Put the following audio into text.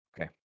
Okay